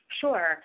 Sure